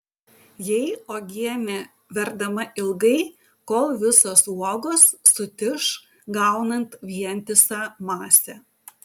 jei uogienė verdama ilgai kol visos uogos sutiš gaunant vientisą masę